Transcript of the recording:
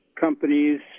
companies